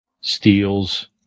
steals